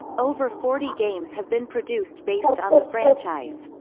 over forty games have been produced based on the franchise.